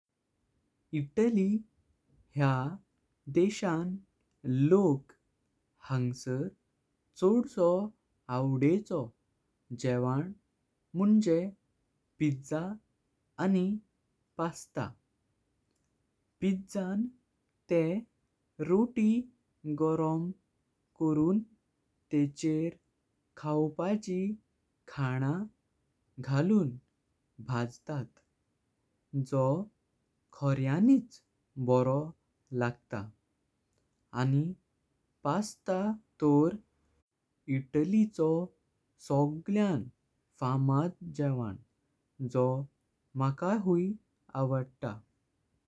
Italy ह्या देशान लोक हंगसर चोडसो आवडेको जेवन म्हंजे पिझ्झा आनी पास्ता। पिझ्झान ते रोटी गोरम करून तेचेर खावपाचे खाना घालून भाजतात जो खोर्यानीच बरो लागत। आनी पास्ता तोर इटालिचो सगळ्यान फामात जेवन जो मका हुवई आवडता।